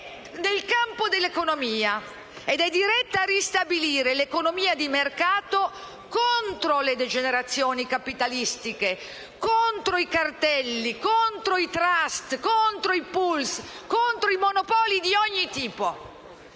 nel campo dell'economia, ed è diretta a ristabilire l'economia di mercato contro le degenerazioni capitalistiche, contro i cartelli, contro i *trust*, contro i *pool*, contro i monopoli di ogni tipo.